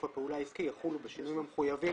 הפעולה העסקי יחולו בשינויים המחויבים